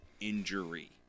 injury